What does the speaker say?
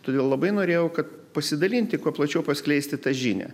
todėl labai norėjau kad pasidalinti kuo plačiau paskleisti tą žinią